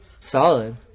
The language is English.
Solid